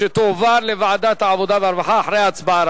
שתועבר לוועדת העבודה והרווחה אחרי ההצבעה,